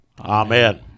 Amen